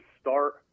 start